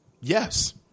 Yes